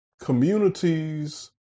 communities